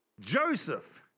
Joseph